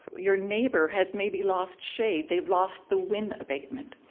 your neighbour has maybe lost shade, they've lost the wind abatement.